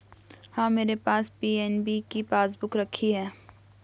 हाँ, मेरे पास पी.एन.बी की पासबुक रखी है